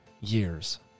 years